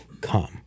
come